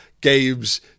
games